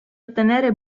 ottenere